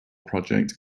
project